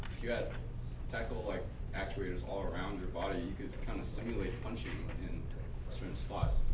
you had tactile like actuators all around your body, you could kind of simulate punching in certain spots.